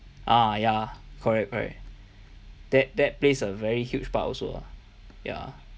ah ya correct correct that that plays a very huge part also lah ya